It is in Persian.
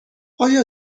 آیا